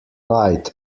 light